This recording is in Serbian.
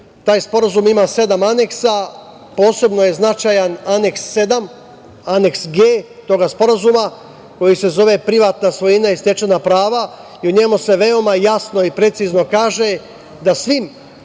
Taj sporazum ima sedam aneksa. Posebno je značajan Aneks 7, Aneks G toga sporazuma, koji se zove - Privatna svojina i stečena prava i u njemu se veoma jasno i precizno kaže da svim